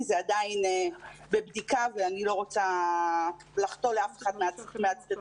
כי זה עדיין בבדיקה ואני לא רוצה לחטוא לאף אחד מהצדדים,